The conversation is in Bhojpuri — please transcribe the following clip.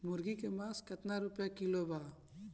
मुर्गी के मांस केतना रुपया किलो बा?